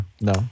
no